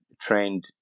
trained